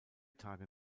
tage